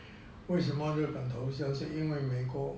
为什么日本投降是因为美国